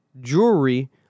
jewelry